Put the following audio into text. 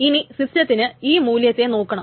ഇനി സിസ്റ്റത്തിന് ഈ മൂല്യത്തെ നോക്കണം